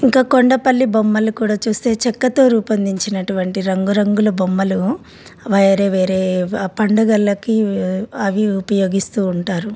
ఇంకా కొండపల్లి బొమ్మలు కూడా చూస్తే చెక్కతో రూపొందించినటువంటి రంగురంగుల బొమ్మలు వేరే వేరే పండుగలకి అవి ఉపయోగిస్తూ ఉంటారు